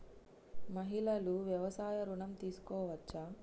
మహిళలు వ్యవసాయ ఋణం తీసుకోవచ్చా?